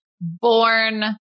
Born